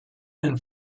and